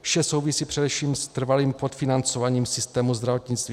Vše souvisí především s trvalým podfinancováním systému zdravotnictví.